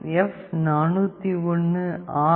எப்401ஆர்